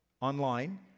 online